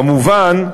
כמובן,